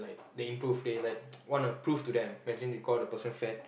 like they improve they like wanna prove to them imagine you call the person fat